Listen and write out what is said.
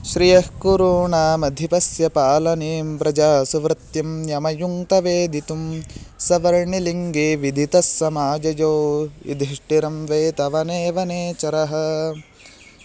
श्रियः कुरूणामधिपस्य पालने प्रजासुवृत्तिं न्यमयुङ्क्त वेदितुं सवर्णिलिङ्गे विदितस्समाययौ युधिष्ठिरं वेतवने वनेचरः